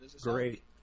Great